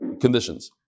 conditions